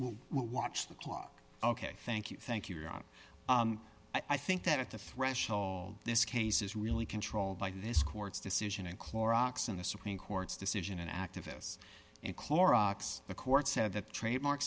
we'll watch the clock ok thank you thank you i think that at the threshold this case is really controlled by this court's decision in clorox in the supreme court's decision and activists in clorox the court said that trademark